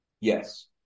Yes